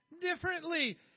differently